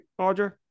Audra